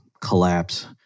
collapse